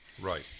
Right